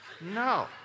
No